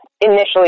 initially